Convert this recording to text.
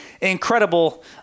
incredible